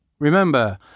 Remember